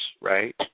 right